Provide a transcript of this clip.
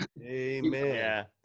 Amen